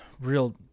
real